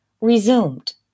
resumed